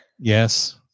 Yes